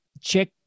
check